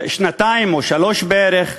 שנתיים או שלוש שנים בערך,